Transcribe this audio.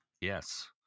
Yes